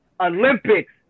Olympics